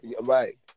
Right